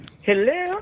Hello